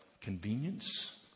convenience